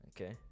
Okay